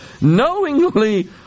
knowingly